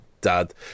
Dad